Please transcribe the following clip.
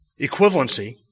equivalency